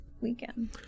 weekend